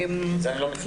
את זה אי לא מכיר.